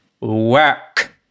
work